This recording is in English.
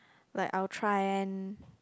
like I will try and